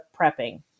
prepping